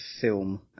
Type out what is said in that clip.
film